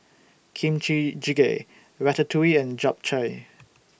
Kimchi Jjigae Ratatouille and Japchae